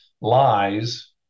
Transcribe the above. lies